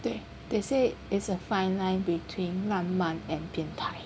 对 they said is a fine line between 浪漫 and 变态